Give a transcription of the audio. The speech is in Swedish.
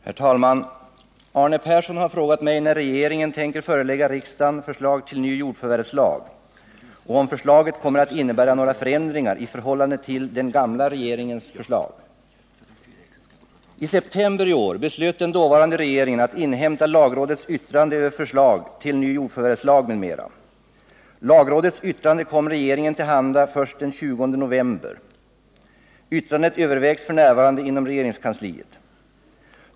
Herr talman! Arne Persson har frågat mig när regeringen tänker förelägga riksdagen förslag till ny jordförvärvslag och om förslaget kommer att innebära några förändringar i förhållande till den gamla regeringens förslag. I september i år beslöt den dåvarande regeringen att inhämta lagrådets yttrande över förslag till ny jordförvärvslag m.m. Lagrådets yttrande kom regeringen till handa först den 20 november. Yttrandet övervägs f. n. inom regeringskansliet.